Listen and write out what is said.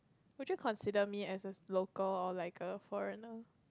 would you consider me as a local or like a foreigner